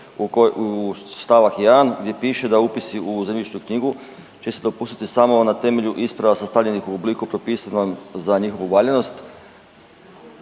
u st. 1. gdje piše da upisu u zemljišnu knjigu će se dopustiti samo na temelju isprava sastavljenih u obliku propisanom za njihovu valjanost